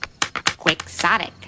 Quixotic